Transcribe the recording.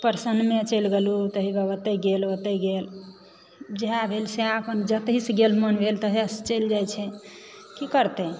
परसौनिये चलि गेलहुँ तऽ हे वएह या ओतऽ गेल ओतऽ गेल जएह भेल सएह अपन जथीसे मन भेल ताहिसँ चलि जाइ छै की करतय